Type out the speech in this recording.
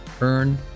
Earn